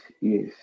yes